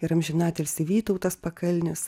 ir amžinatilsį vytautas pakalnis